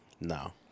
No